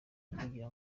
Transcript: kugira